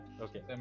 Okay